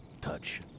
touch